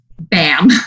bam